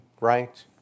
right